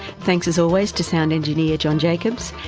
thanks as always to sound engineer john jacobs,